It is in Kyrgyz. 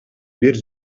бир